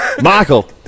michael